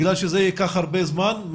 בגלל שזה ייקח הרבה זמן?